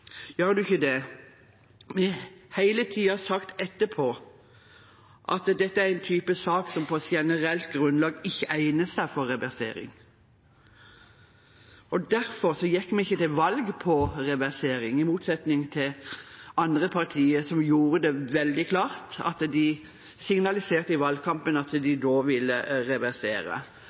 gjør en ikke det. Vi har hele tiden sagt, etterpå, at dette er en type sak som på generelt grunnlag ikke egner seg for reversering. Derfor gikk vi ikke til valg på reversering, i motsetning til andre partier, som signaliserte veldig klart i valgkampen at de da ville reversere.